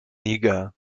niger